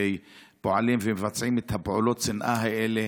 פועלים ומבצעים את פעולות השנאה הזאת,